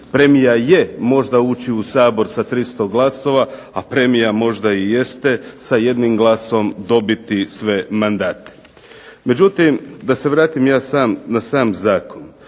Premija je možda ući u Sabor sa 300 glasova, a premija možda i jeste sa jednim glasom dobiti sve mandate. Međutim, da se vratim ja na sam zakon,